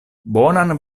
bonan